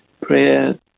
prayer